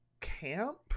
camp